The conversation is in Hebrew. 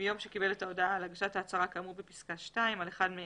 מיום שקיבל את ההודעה על הגשת ההצהרה כאמור בפסקה (2) על אחד מאלה: